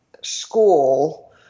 school